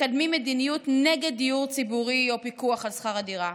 מקדמים מדיניות נגד דיור ציבורי או פיקוח על שכר הדירה.